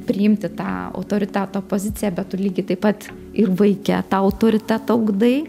priimti tą autoriteto poziciją bet tu lygiai taip pat ir vaike tą autoritetą ugdai